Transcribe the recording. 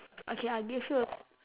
okay I'll give you a s~